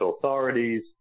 authorities